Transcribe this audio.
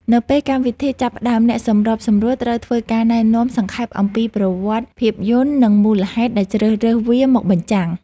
នៅពេលកម្មវិធីចាប់ផ្ដើម អ្នកសម្របសម្រួលត្រូវធ្វើការណែនាំសង្ខេបអំពីប្រវត្តិភាពយន្ត និងមូលហេតុដែលជ្រើសរើសវាមកបញ្ចាំង។